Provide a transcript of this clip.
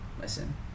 listen